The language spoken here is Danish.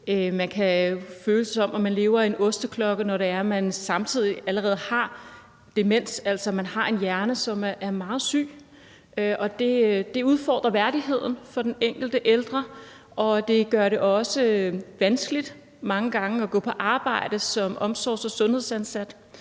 man kan føle det, som om man lever i en osteklokke. Og når man samtidig har demens, altså har en hjerne, som er meget syg, udfordrer det værdigheden for den enkelte ældre, og det gør det også vanskeligt mange gange at gå på arbejde som omsorgs- og sundhedsansat.